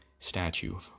statue